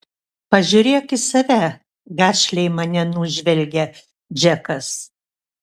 pažiūrėk į save gašliai mane nužvelgia džekas